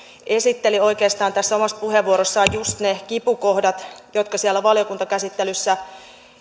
esitteli oikeastaan tässä omassa puheenvuorossaan just ne kipukohdat jotka siellä valiokuntakäsittelyssä